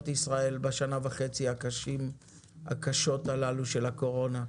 ישראל בשנה וחצי הקשות הללו של הקורנה.